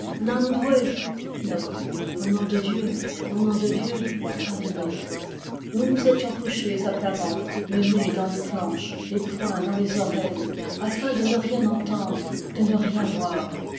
nous nous étions couchés à plat ventre le nez dans les planches les poings dans les oreilles afin de ne rien entendre de ne rien voir